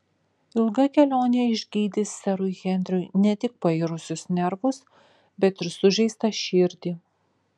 ilga kelionė išgydys serui henriui ne tik pairusius nervus bet ir sužeistą širdį